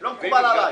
לא מקובל עליי.